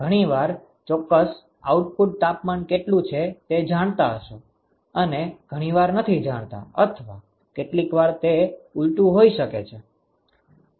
તેથી ઘણીવાર ચોક્કસ આઉટલેટ તાપમાન કેટલું છે તે જાણતા હશો અને ઘણીવાર નથી જાણતા અથવા કેટલીકવાર તે ઊલટું હોઈ શકે છે